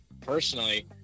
Personally